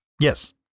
Yes